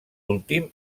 últim